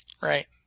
right